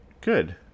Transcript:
good